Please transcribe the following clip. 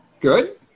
Good